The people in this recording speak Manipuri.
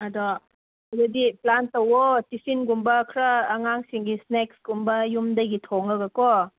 ꯑꯗꯣ ꯑꯗꯨꯗꯤ ꯄ꯭ꯂꯥꯟ ꯇꯧꯋꯣ ꯇꯤꯐꯤꯟꯒꯨꯝꯕ ꯈꯔ ꯑꯉꯥꯡꯁꯤꯡꯒꯤ ꯁ꯭ꯅꯦꯛꯁꯀꯨꯝꯕ ꯌꯨꯝꯗꯒꯤ ꯊꯣꯡꯉꯒ ꯀꯣ